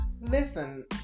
Listen